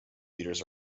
leaders